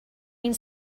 ein